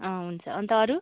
अँ हुन्छ अन्त अरू